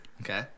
Okay